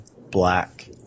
black